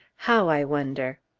how, i wonder?